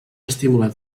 estimular